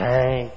Hey